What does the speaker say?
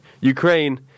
Ukraine